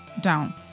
down